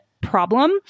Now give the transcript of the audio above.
problem